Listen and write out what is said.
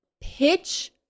pitch